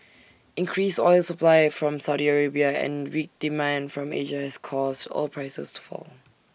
increased oil supply from Saudi Arabia and weak demand from Asia has caused oil prices to fall